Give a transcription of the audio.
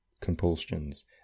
compulsions